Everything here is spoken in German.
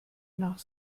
nach